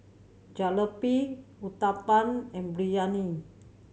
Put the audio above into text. Jalebi Uthapam and Biryani